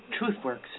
TruthWorks